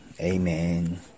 Amen